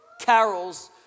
carols